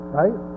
right